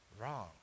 wrong